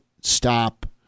stop